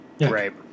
right